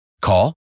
Call